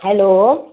hello